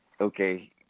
Okay